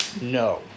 No